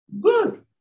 Good